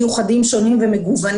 משפחות עם צרכים מיוחדים שונים ומגוונים.